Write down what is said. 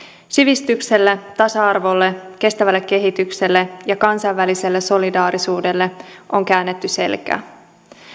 sivistykselle tasa arvolle kestävälle kehitykselle ja kansainväliselle solidaarisuudelle on käännetty selkä